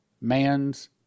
man's